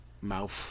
Mouth